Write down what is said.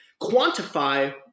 quantify